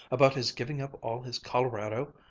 about his giving up all his colorado.